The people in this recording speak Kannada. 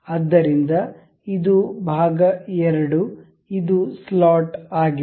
ಆದ್ದರಿಂದ ಇದು ಭಾಗ 2 ಇದು ಸ್ಲಾಟ್ ಆಗಿದೆ